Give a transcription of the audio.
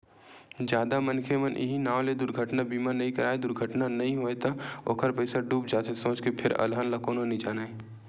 जादा मनखे मन इहीं नांव ले दुरघटना बीमा नइ कराय दुरघटना नइ होय त ओखर पइसा डूब जाथे सोच के फेर अलहन ल कोनो नइ जानय